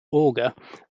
auger